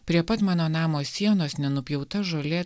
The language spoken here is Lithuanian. prie pat mano namo sienos nenupjauta žolė